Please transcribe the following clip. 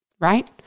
right